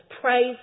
Praise